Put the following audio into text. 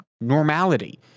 normality